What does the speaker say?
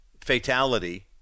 fatality